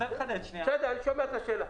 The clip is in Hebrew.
אבל צריך לכתוב את זה.